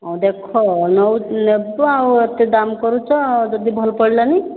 ହେଉ ଦେଖ ନେବ ଆଉ ଏତେ ଦାମ କରୁଛ ଯଦି ଭଲ ପଡ଼ିଲାନି